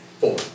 four